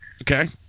Okay